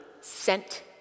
sent